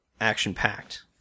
action-packed